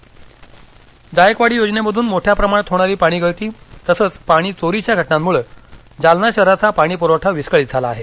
जालना जायकवाडी योजनेमधून मोठ्या प्रमाणात होणारी पाणीगळती तसंच पाणीचोरीच्या घटनांमुळे जालना शहराचा पाणीप्रवठा विस्कळीत झाला आहे